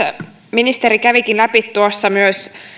ministeri kävikin läpi tuossa myös